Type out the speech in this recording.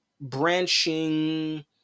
branching